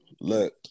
Look